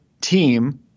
team